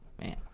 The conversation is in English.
man